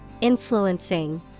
influencing